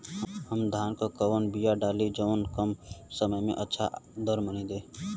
हम धान क कवन बिया डाली जवन कम समय में अच्छा दरमनी दे?